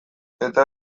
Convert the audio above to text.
eta